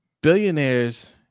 Billionaires